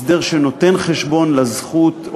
הסדר שנותן חשבון לזכות,